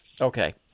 Okay